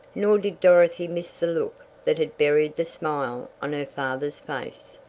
nor did dorothy miss the look that had buried the smile on her father's face.